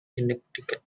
inuktitut